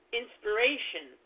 inspiration